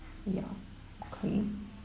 ya okay